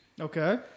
Okay